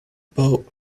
boat